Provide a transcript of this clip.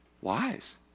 Wise